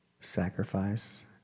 sacrifice